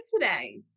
today